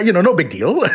you know no big deal.